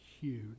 huge